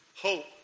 Hope